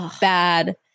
bad